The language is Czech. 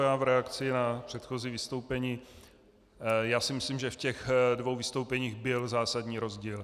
Já v reakci na předchozí vystoupení já si myslím, že v těch dvou vystoupeních byl zásadní rozdíl.